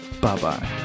Bye-bye